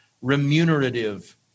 Remunerative